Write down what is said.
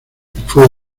fue